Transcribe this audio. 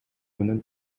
менен